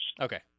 Okay